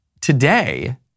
Today